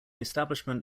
establishment